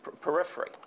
periphery